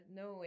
no